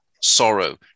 sorrow